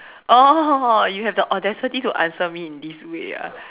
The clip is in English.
oh you have the audacity to answer me in this way ah